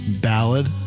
Ballad